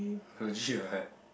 legit what